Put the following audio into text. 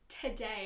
today